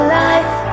life